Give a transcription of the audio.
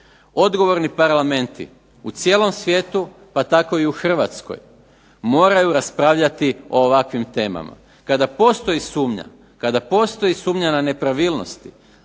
odgovorni parlamenti u cijelom svijetu pa tako i u Hrvatskoj moraju raspravljati o ovakvim temama. Kada postoji sumnja na nepravilnosti,